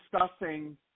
discussing